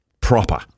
proper